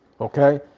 okay